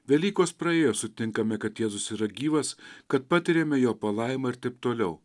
velykos praėjo sutinkame kad jėzus yra gyvas kad patiriame jo palaimą ir taip toliau